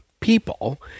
people